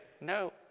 no